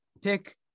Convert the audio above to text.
pick